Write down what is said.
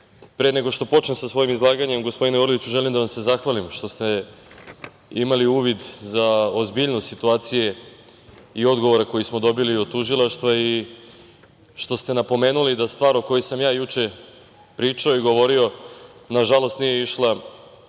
nego što počnem sa svojim izlaganjem, gospodine Orliću, želim da vam se zahvalim što ste imali uvid za ozbiljnost situacije i odgovora koji smo dobili od Tužilaštva i što ste napomenuli da stvar o kojoj sam ja juče pričao i govorio, nažalost, nije išla